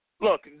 look